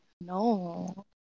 No